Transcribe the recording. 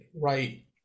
right